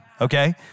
okay